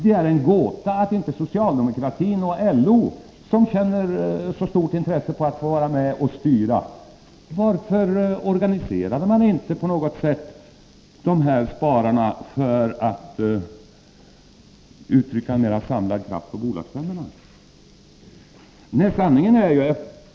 Det är en gåta att inte socialdemokratin och LO, som har ett sådant stort intresse av att få vara med och styra, på något sätt organiserade de här spararna så att de kunde utgöra en mera samlad kraft på bolagsstämmorna.